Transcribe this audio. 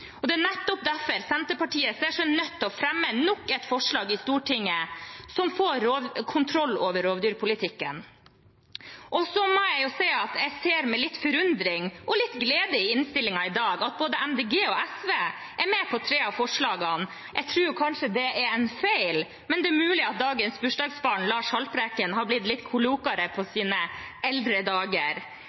Det er nettopp derfor Senterpartiet ser seg nødt til å fremme nok et forslag i Stortinget som ville fått kontroll over rovdyrpolitikken. Så må jeg si at jeg ser med litt forundring og litt glede i innstillingen i dag at både Miljøpartiet De Grønne og SV er med på tre av forslagene. Jeg tror kanskje det er en feil, men det er mulig at dagens bursdagsbarn Lars Haltbrekken har blitt litt klokere på sine eldre dager.